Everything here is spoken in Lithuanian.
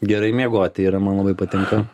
gerai miegot yra man labai patinka